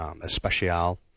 especial